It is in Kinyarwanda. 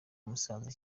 musanze